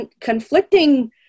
conflicting